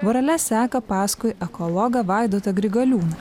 vorele seka paskui ekologą vaidotą grigaliūną